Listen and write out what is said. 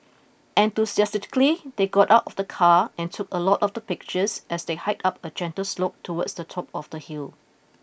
enthusiastically they got out of the car and took a lot of the pictures as they hiked up a gentle slope towards the top of the hill